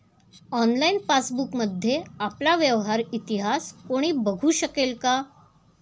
Online पासबुकमध्ये आपला व्यवहार इतिहास कोणी बघु शकेल का?